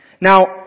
Now